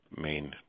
main